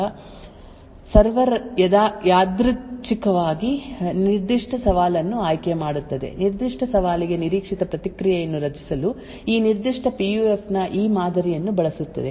ಆದ್ದರಿಂದ ಪಿಯುಎಫ್ ಗಾಗಿ ಈ ಮಾದರಿಯನ್ನು ರಹಸ್ಯವಾಗಿಡಲಾಗುತ್ತದೆ ಮತ್ತು ನಂತರ ಸಾಧನವನ್ನು ವಾಸ್ತವವಾಗಿ ಫೀಲ್ಡ್ ಮಾಡಲಾಗುತ್ತದೆ ಮತ್ತು ದೃಢೀಕರಣದ ಅಗತ್ಯವಿದ್ದಾಗ ಸರ್ವರ್ ಯಾದೃಚ್ಛಿಕವಾಗಿ ನಿರ್ದಿಷ್ಟ ಸವಾಲನ್ನು ಆಯ್ಕೆ ಮಾಡುತ್ತದೆ ನಿರ್ದಿಷ್ಟ ಸವಾಲಿಗೆ ನಿರೀಕ್ಷಿತ ಪ್ರತಿಕ್ರಿಯೆಯನ್ನು ರಚಿಸಲು ಈ ನಿರ್ದಿಷ್ಟ ಪಿಯುಎಫ್ ನ ಈ ಮಾದರಿಯನ್ನು ಬಳಸುತ್ತದೆ